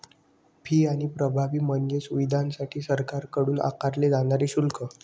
fee आणि प्रभावी म्हणजे सुविधांसाठी सरकारकडून आकारले जाणारे शुल्क